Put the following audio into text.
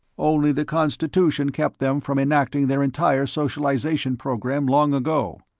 only the constitution kept them from enacting their entire socialization program long ago,